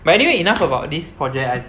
but anyway enough about this project